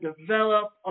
develop